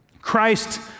Christ